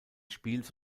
spiels